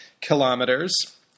kilometers